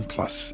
Plus